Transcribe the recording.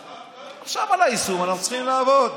עכשיו על היישום אנחנו צריכים לעבוד.